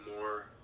more